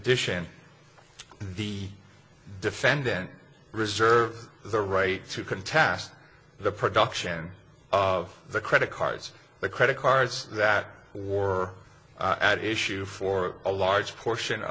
addition the defendant reserves the right to contest the production of the credit cards the credit cards that or at issue for a large portion